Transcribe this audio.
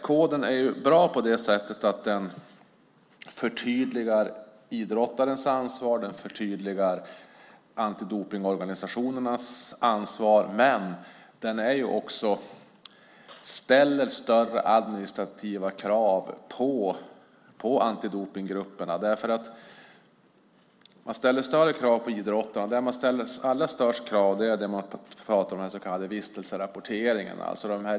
Koden är bra på det sättet att den förtydligar idrottarens ansvar och antidopningsorganisationernas ansvar. Men den ställer också större administrativa krav på antidopningsgrupperna. Man ställer större krav på idrottaren. De allra största kraven gäller den så kallade vistelserapporteringen.